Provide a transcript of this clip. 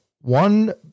one